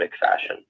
fashion